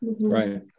Right